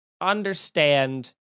understand